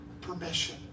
permission